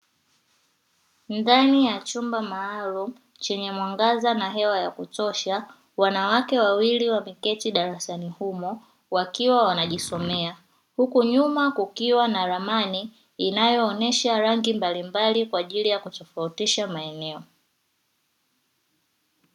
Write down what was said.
Ndani ya chumba maalumu chenye mwangaza na hewa ya kutosha wanawake wawili wameketi darasani humo wakiwa wanajisomea huku nyuma kukiwa na ramani inayoonesha rangi mbali mbali kwa ajili ya kutofautisha maeneo.